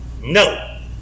No